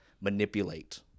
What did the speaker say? manipulate